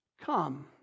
come